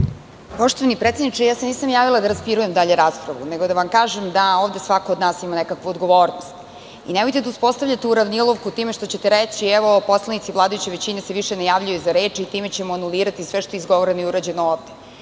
Poštovani predsedniče, ja se nisam javila da raspirujem dalje raspravu, nego da kažem da ovde svako od nas ima nekakvu odgovornost i nemojte da uspostavljate uravnilovku time što ćete reći, evo, poslanici vladajuće većine se više ne javljaju za reč i time ćemo anulirati sve što je izgovoreno i urađeno ovde. Vi